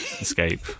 escape